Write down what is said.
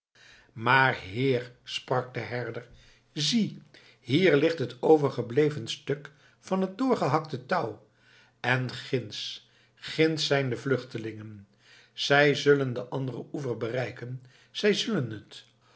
maar heer sprak de herder zie hier ligt het overgebleven stuk van het doorgehakte touw en ginds ginds zijn de vluchtelingen zij zullen den anderen oever bereiken zij zullen het